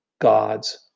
God's